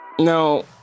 No